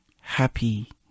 happy